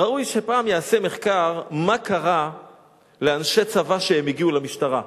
ראוי שפעם ייעשה מחקר מה קרה לאנשי צבא שהגיעו למשטרה,